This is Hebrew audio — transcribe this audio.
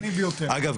אגב,